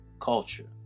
culture